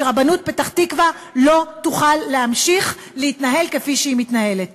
שרבנות פתח-תקווה לא תוכל להמשיך להתנהל כפי שהיא מתנהלת.